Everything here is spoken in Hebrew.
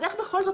אז איך בכל זאת,